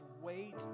wait